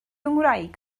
ngwraig